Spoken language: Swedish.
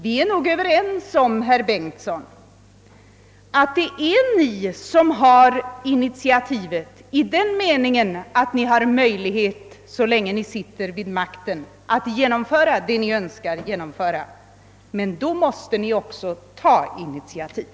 Vi är nog överens om, herr Bengtsson, att det är ni som har initiativet i den meningen att ni har möjligheter att så länge ni sitter vid makten genomföra det ni önskar genomföra. Men då måste ni också ta initiativ!